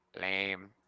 Lame